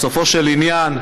בסופו של עניין,